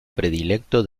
predilecto